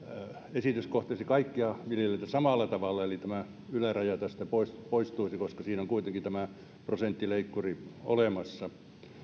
esitys kohtelisi kaikkia viljelijöitä samalla tavalla eli tämä yläraja tästä poistuisi koska siinä on kuitenkin prosenttileikkuri olemassa